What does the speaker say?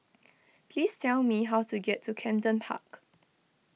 please tell me how to get to Camden Park